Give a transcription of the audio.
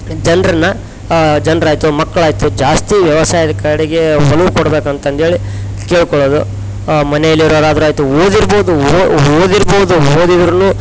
ಜನ್ರನ್ನು ಜನ್ರು ಆಯಿತು ಮಕ್ಳು ಆಯಿತು ಜಾಸ್ತಿ ವ್ಯವಸಾಯದ ಕಡಿಗೆ ಒಲವು ಕೊಡ್ಬೇಕು ಅಂತಂದೇಳಿ ಕೇಳ್ಕೊಳ್ಳೋದು ಮನೆಲಿ ಇರರಾದ್ರು ಆಯಿತು ಓದಿರ್ಬೋದು ಓದಿರ್ಬೋದು ಓದಿದ್ರು